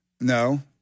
no